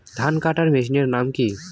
ধান কাটার মেশিনের নাম কি?